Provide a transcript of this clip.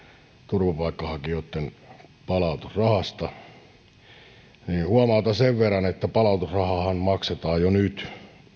turvapaikanhakijoitten palautusrahasta ja huomautan sen verran että palautusrahaahan maksetaan jo nyt